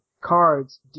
cards